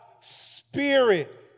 spirit